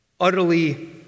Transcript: utterly